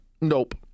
nope